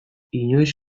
inoiz